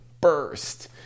burst